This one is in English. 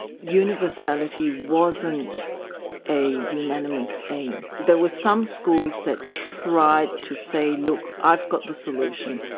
universality wasn't a unanimous aim, there were some schools that tried to say look, i've got the solution,